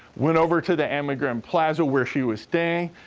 went over to the amway grand plaza where she was staying,